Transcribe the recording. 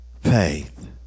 faith